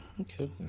okay